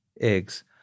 eggs